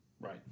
Right